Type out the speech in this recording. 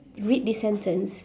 read this sentence